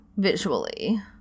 Visually